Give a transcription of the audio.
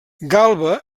galba